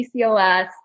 PCOS